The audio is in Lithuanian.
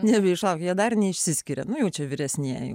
nebeišlaukia jie dar neišsiskiria nu jau čia vyresnieji